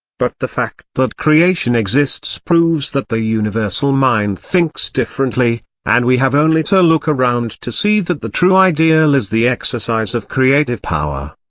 but the fact that creation exists proves that the universal mind thinks differently, and we have only to look around to see that the true ideal is the exercise of creative power.